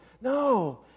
No